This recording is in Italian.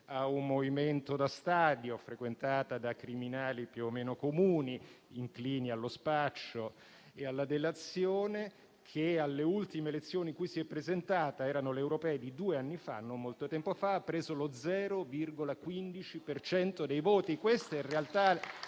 a un movimento da stadio, frequentato da criminali più o meno comuni, inclini allo spaccio e alla delazione, che alle ultime elezioni cui si è presentata, le europee di due anni fa, non molto tempo fa, ha preso lo 0,15 per cento